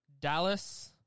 Dallas